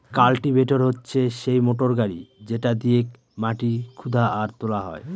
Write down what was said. cultivator হচ্ছে সেই motor গাড়ি যেটা দিয়েক মাটি খুদা আর তোলা হয়